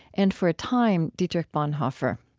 and, for a time, dietrich bonhoeffer.